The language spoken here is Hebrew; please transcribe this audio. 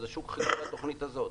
השוק כיוון לתוכנית הזאת.